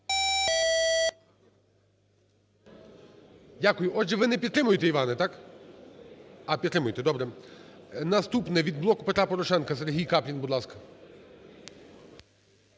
Дякую. Отже, ви не підтримуєте, Іване, так? А, підтримуєте, добре. Наступний від "Блоку Петра Порошенка" Сергій Каплін, будь ласка.